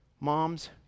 Moms